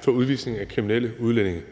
for udvisningen af kriminelle udlændinge.